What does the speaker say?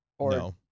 No